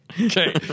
Okay